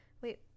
wait